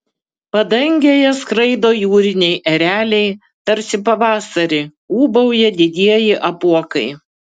padangėje skraido jūriniai ereliai tarsi pavasarį ūbauja didieji apuokai